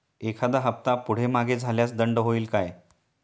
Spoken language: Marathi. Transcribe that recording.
एखादा हफ्ता पुढे मागे झाल्यास दंड होईल काय?